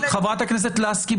לסקי,